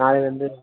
நாளை வந்து